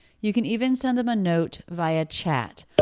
you can even send them a note via chat.